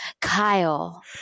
kyle